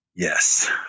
Yes